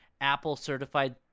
Apple-certified